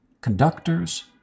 conductors